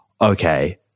okay